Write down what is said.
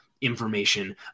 information